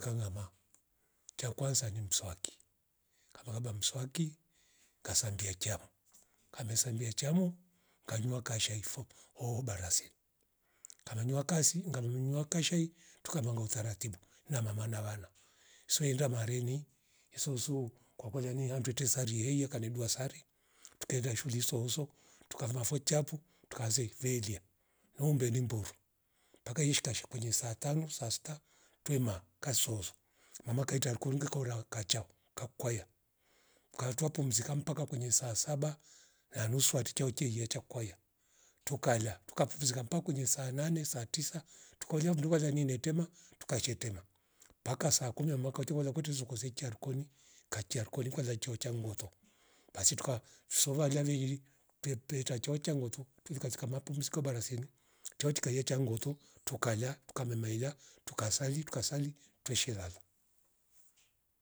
Kangama cha kwanza ni mswaki kamakaba mswaki ngasambia cham kamesambia chamo nganywa kashai fo hobare se ngamanyua kasi ngamnywa kashai tukavanga utaratibu na mama na vana sweinda mareni isousu kwa kulia ni handwi yete saria heya kanidua sari tukaela shuli sozo tukamvafonia chapu tukaanze ivelia na umbeli mburu mpaka yeshikasha kwenye saa tanu saa sita twema kasozo, mama kaita rungku nguku kora wakachao kakuwaya ukaatua pumzi kampaka kwenye saa saba na nusu atitichwa cheliyeta kwaya tukala tukapumzika mpka kwenye saa nane saa tisa tukaulia mvundu kwanza nyenetema tukachetema mpaka saa kumi amnwa kwati wale kweti zukuzichia rikoni kachia rikoni kwanza cho changoto basi tuka fzova lia virir twe- twetacha ngoto twivi katika mapumziko barazeni chochika yeta ngoto tukala tukamem maila tukasali tukasali tweshilala